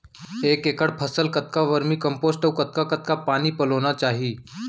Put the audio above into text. एक एकड़ फसल कतका वर्मीकम्पोस्ट अऊ कतका कतका पानी पलोना चाही?